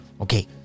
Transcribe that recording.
Okay